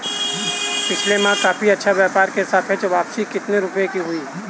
पिछले माह कॉफी व्यापार में सापेक्ष वापसी कितने रुपए की हुई?